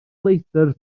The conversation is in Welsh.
leidr